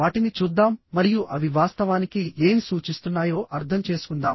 వాటిని చూద్దాం మరియు అవి వాస్తవానికి ఏమి సూచిస్తున్నాయో అర్థం చేసుకుందాం